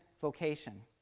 vocation